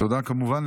תודה כמובן